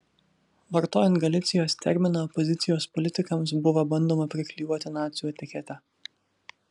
vartojant galicijos terminą opozicijos politikams buvo bandoma priklijuoti nacių etiketę